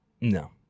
No